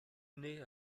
naît